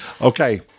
Okay